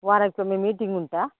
ವಾರಕೊಮ್ಮೆ meeting ಉಂಟಾ